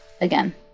again